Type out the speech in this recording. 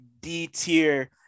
d-tier